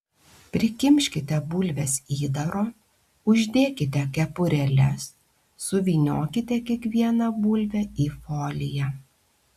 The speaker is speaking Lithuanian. prikimškite bulves įdaro uždėkite kepurėles suvyniokite kiekvieną bulvę į foliją